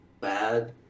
bad